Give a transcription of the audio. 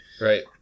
Right